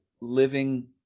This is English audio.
living